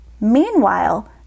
Meanwhile